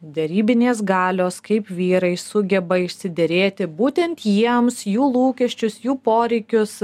derybinės galios kaip vyrai sugeba išsiderėti būtent jiems jų lūkesčius jų poreikius